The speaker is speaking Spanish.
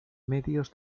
medios